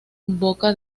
boca